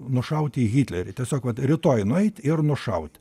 nušauti hitlerį tiesiog vat rytoj nueit ir nušaut